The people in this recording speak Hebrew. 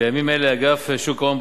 בימים אלה אגף שוק ההון,